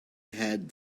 had